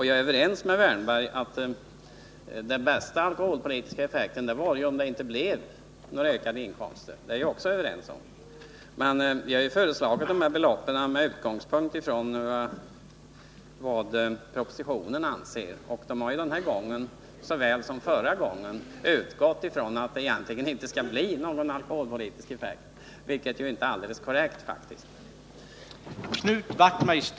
Jag är överens med Erik Wärnberg om att den bästa alkoholpolitiska effekten skulle uppnås om vi inte fick några ökade inkomster. Men de belopp vi har föreslagit har som utgångspunkt vad som anförs i propositionen. Och den här propositionen likaväl som den föregående har utgått från att det egentligen inte skall bli någon alkoholpolitisk effekt. Jag vill hänvisa till detta, trots att det inte är alldeles korrekt — det blir faktiskt en viss sådan effekt.